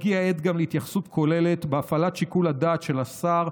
הגיעה העת גם להתייחסות כוללת בהפעלת שיקול הדעת של השר,